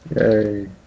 Yay